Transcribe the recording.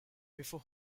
before